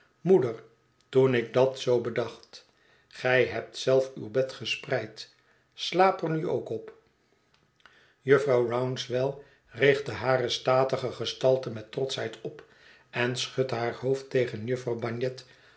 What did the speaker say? moeder toen ik dat zoo bedacht gij hebt zelf uw bed gespreid slaap er nu ook op jufvrouw rouncewell richt hare statige gestalte met trotschheid op en schudt haar hoofd tegen jufvrouw